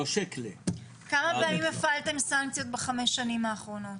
נושק ל --- כמה פעמים הפעלתם סנקציות ב-5 השנים האחרונות?